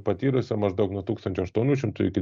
patyrusiam maždaug nuo tūkstančio aštuonių šimtų iki